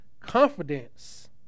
confidence